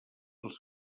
els